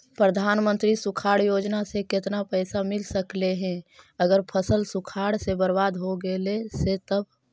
प्रधानमंत्री सुखाड़ योजना से केतना पैसा मिल सकले हे अगर फसल सुखाड़ से बर्बाद हो गेले से तब?